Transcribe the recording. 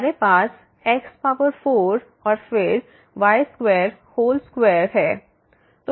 हमारे पास x4 और फिर y2 होल स्क्वायर है